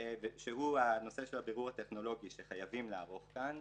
שהוא הנושא של הבירור הטכנולוגי שחייבים לערוך כאן,